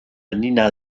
nina